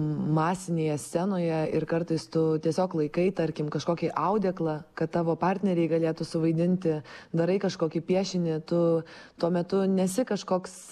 masinėje scenoje ir kartais tu tiesiog laikai tarkim kažkokį audeklą kad tavo partneriai galėtų suvaidinti darai kažkokį piešinį tu tuo metu nesi kažkoks